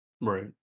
Right